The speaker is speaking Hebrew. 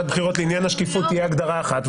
בחירות לעניין השקיפות תהיה הגדרה אחת,